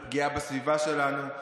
לפגיעה בסביבה שלנו.